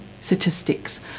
statistics